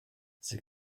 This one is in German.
sie